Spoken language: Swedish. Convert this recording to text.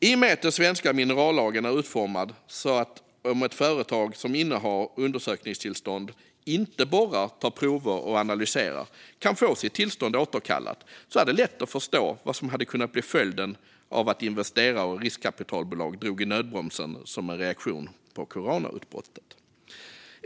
I och med att den svenska minerallagen är utformad så att ett företag som innehar undersökningstillstånd men inte borrar, tar prover och analyserar kan få sitt tillstånd återkallat är det lätt att förstå vad som hade kunnat bli följden av att investerare och riskkapitalbolag drog i nödbromsen som en reaktion på coronautbrottet.